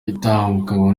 itangwa